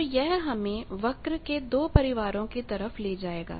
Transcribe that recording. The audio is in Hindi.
तो यह हमें वृत्त के दो परिवारों की तरफ ले जाएगा